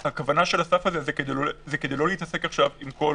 הכוונה של הסף הזה היא כדי לא להתעסק עכשיו עם כל